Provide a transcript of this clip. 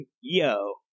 yo